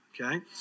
Okay